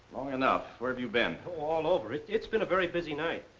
long enough. where have you been? oh, all over. it's it's been a very busy night.